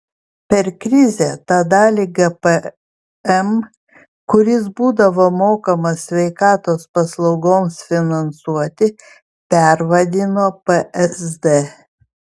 per krizę tą dalį gpm kuris būdavo mokamas sveikatos paslaugoms finansuoti pervadino psd